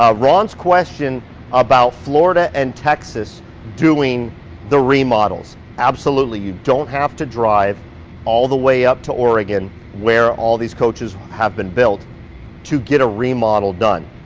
ah ron's question about florida and texas doing the remodels. absolutely, you don't have to drive all the way up to oregon where all these coaches have been built to get a remodel done.